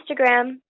Instagram